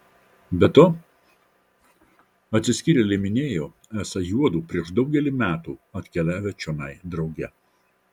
be to atsiskyrėlė minėjo esą juodu prieš daugelį metų atkeliavę čionai drauge